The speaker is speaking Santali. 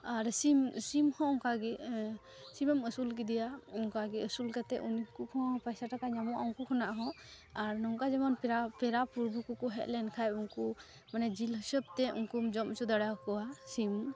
ᱟᱨ ᱥᱤᱢ ᱥᱤᱢᱦᱚᱸ ᱚᱱᱠᱟᱜᱮ ᱥᱤᱢᱮᱢ ᱟᱹᱥᱩᱞ ᱠᱮᱫᱮᱭᱟ ᱚᱱᱠᱟᱜᱮ ᱟᱹᱥᱩᱞ ᱠᱟᱛᱮᱫ ᱩᱱᱠᱩ ᱦᱚᱸ ᱯᱟᱭᱥᱟᱼᱴᱟᱠᱟ ᱧᱟᱢᱚᱜᱼᱟ ᱩᱱᱠᱚ ᱠᱷᱚᱱᱟᱜᱦᱚᱸ ᱟᱨ ᱱᱚᱝᱠᱟ ᱡᱮᱢᱚᱱ ᱯᱮᱲᱟᱼᱯᱩᱨᱵᱷᱩ ᱠᱚᱠᱚ ᱦᱮᱡᱞᱮᱱ ᱠᱷᱟᱡ ᱩᱱᱠᱚ ᱢᱟᱱᱮ ᱡᱤᱞ ᱦᱤᱥᱟᱹᱵᱽᱛᱮ ᱩᱱᱠᱩᱢ ᱡᱚᱢ ᱦᱚᱪᱚ ᱫᱟᱲᱮᱭᱟᱠᱚᱣᱟ ᱥᱤᱢ